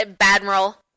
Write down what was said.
admiral